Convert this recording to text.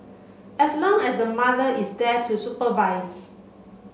as long as the mother is there to supervise